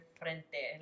frente